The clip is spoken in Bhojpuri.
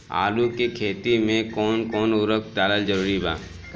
आलू के खेती मे कौन कौन उर्वरक डालल जरूरी बा?